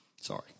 Sorry